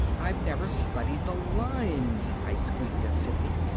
i've never studied the lines, i squeaked at sidney.